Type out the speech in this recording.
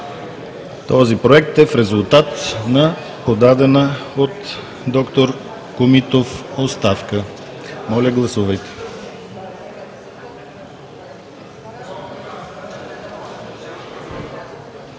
Този Проект е в резултат на подадена от д-р Комитов оставка. Моля гласувайте.